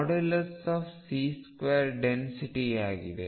C2 ಡೆನ್ಸಿಟಿಯಾಗಿದೆ